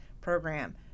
program